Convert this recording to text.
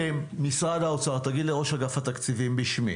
משרד האוצר, תגיד לראש אגף תקציבים בשמי